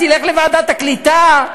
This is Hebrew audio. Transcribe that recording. לך לוועדת הקליטה,